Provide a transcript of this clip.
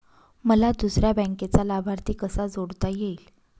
मला दुसऱ्या बँकेचा लाभार्थी कसा जोडता येईल?